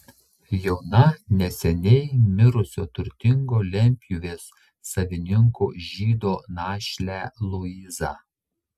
jauną neseniai mirusio turtingo lentpjūvės savininko žydo našlę luizą